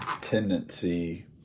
tendency